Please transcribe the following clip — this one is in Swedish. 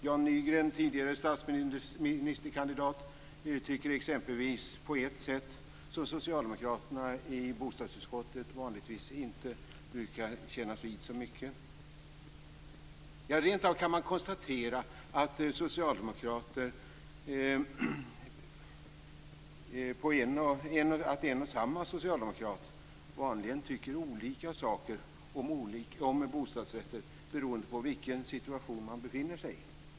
Jan Nygren, tidigare statsministerkandidat, uttrycker sig exempelvis på ett sätt som socialdemokraterna i bostadsutskottet vanligtvis inte brukar kännas vid så mycket. Rent av kan man konstatera att en och samma socialdemokrat vanligen tycker olika saker om bostadsrätter beroende på vilken situation man befinner sig i.